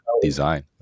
design